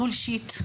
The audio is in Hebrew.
בולשיט.